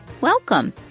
Welcome